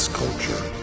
culture